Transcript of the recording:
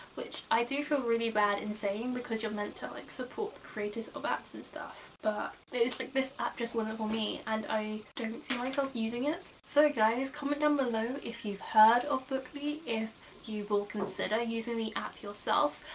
which i do feel really bad in saying because you're meant to like support the creators of apps and stuff, but it's like this app just wasn't for me, and i don't see myself using it. so guys comment down below if you've heard of bookly. if you will consider using the app yourself.